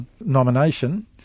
nomination